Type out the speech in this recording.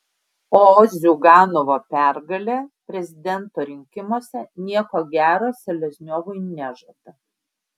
o ziuganovo pergalė prezidento rinkimuose nieko gero selezniovui nežada